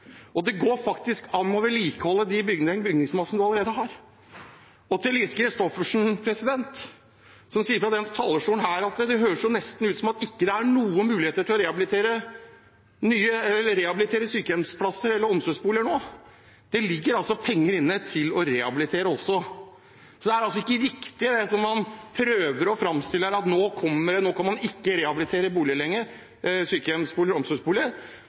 Det går faktisk an å vedlikeholde den bygningsmassen man allerede har. Til Lise Christoffersen, som fra denne talerstolen får det nesten til å høres ut som at det ikke er noen muligheter for å rehabilitere sykehjemsplasser og omsorgsboliger nå: Det ligger penger inne til også å rehabilitere. Det er ikke riktig, det som man prøver å framstille det som, at nå kan man ikke rehabilitere sykehjemsboliger og omsorgsboliger lenger, og